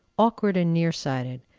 awkward and near-sighted,